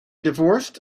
divorced